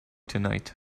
tonight